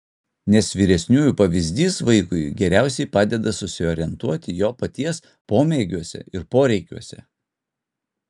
nes vyresniųjų pavyzdys vaikui geriausiai padeda susiorientuoti jo paties pomėgiuose ir poreikiuose